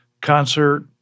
concert